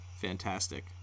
fantastic